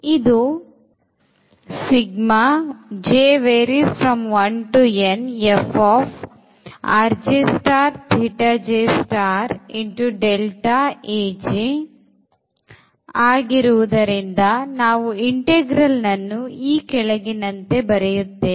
ಇದು ಆಗಿರುವುದರಿಂದ ನಾವು integralನನ್ನು ಈ ಕೆಳಗಿನಂತೆ ಬರೆಯುತ್ತೇವೆ